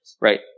right